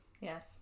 yes